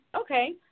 okay